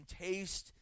taste